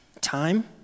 time